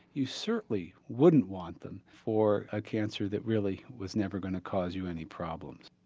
you certainly wouldn't want them for a cancer that really was never going to cause you any problems.